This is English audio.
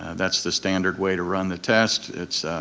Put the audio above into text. that's the standard way to run the test. it's